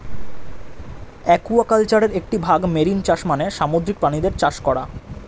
অ্যাকুয়াকালচারের একটি ভাগ মেরিন চাষ মানে সামুদ্রিক প্রাণীদের চাষ করা